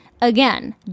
Again